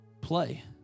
Play